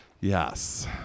Yes